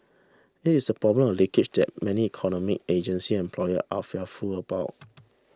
it is the problem of 'leakage' that many economy agency and employer are very fearful about